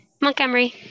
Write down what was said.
Montgomery